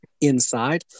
inside